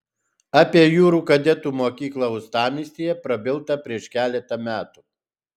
apie jūrų kadetų mokyklą uostamiestyje prabilta prieš keletą metų